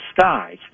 skies